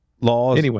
laws